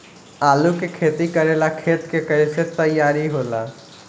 आलू के खेती करेला खेत के कैसे तैयारी होला?